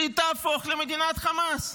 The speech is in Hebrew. היא תהפוך למדינת חמאס,